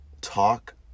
talk